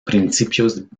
principios